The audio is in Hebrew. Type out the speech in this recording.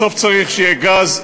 בסוף צריך שיהיה גז,